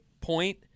point